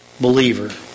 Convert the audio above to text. believer